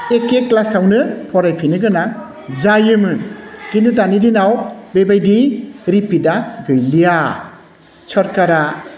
एखे क्लासावनो फरायफिन्नो गोनां जायोमोन खिन्थु दानि दिनाव बेबायदि रिपिडा गैलिया सरकारा